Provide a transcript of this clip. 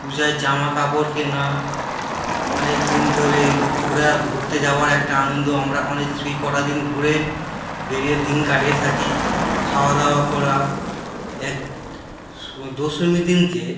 পূজায় জামা কাপড় কেনা অনেকদিন ধরেই ঘোরা ঘুরতে যাওয়ার একটা আনন্দ আমরা অনেকই এই কটা দিন ঘুরে বেড়িয়ে দিন কাটিয়ে থাকি খাওয়াদাওয়া করা এক দশমীর দিনকে